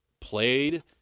played